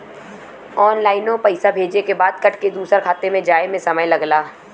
ऑनलाइनो पइसा भेजे के बाद कट के दूसर खाते मे जाए मे समय लगला